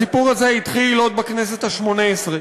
הסיפור הזה התחיל עוד בכנסת השמונה-עשרה.